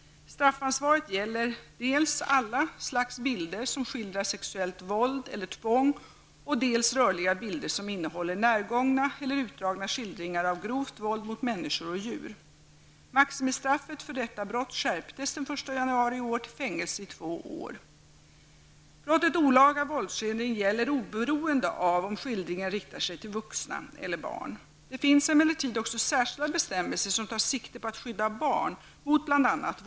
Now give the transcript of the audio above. Straffansvaret gäller dels alla slags bilder som skildrar sexuellt våld eller tvång, dels rörliga bilder som innehåller närgångna eller utdragna skildringar av grovt våld mot människor och djur. Brottet olaga våldsskildring gäller oberoende av om skildringen riktar sig till vuxna eller barn. Det finns emellertid också särskilda bestämmelser som tar sikte på att skydda barn mot bl.a.